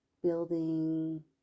building